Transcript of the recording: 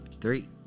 Three